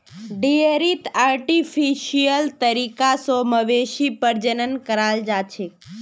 डेयरीत आर्टिफिशियल तरीका स मवेशी प्रजनन कराल जाछेक